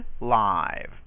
live